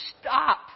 Stop